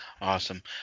Awesome